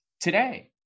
today